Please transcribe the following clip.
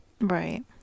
Right